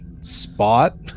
spot